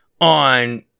on